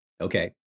Okay